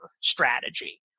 strategy